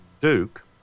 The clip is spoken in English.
Duke